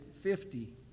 fifty